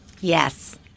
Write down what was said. Yes